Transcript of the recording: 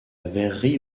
verrerie